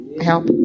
help